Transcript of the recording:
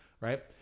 right